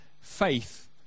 faith